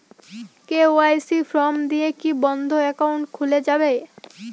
KYC form দিয়ে কি বন্ধ একাউন্ট খুলে যাবে?